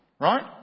right